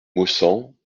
maussangs